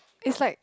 it's like